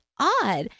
Odd